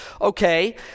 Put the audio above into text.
Okay